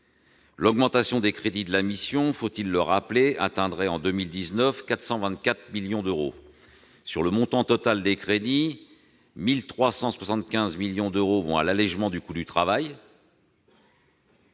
l'outre-mer. Les crédits de la mission en 2019- faut-il le rappeler ? -atteindraient 424 millions d'euros. Sur le montant total des crédits, 1 375 millions d'euros vont à l'allégement du coût du travail,